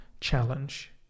challenge